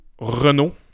Renault